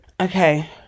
okay